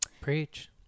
preach